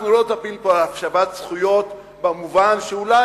אנחנו לא דנים פה על השבת זכויות במובן שאולי